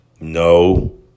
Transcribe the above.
No